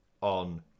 on